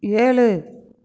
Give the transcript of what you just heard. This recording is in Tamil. ஏழு